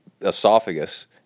esophagus